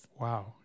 Wow